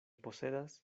posedas